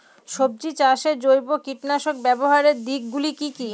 সবজি চাষে জৈব কীটনাশক ব্যাবহারের দিক গুলি কি কী?